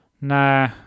Nah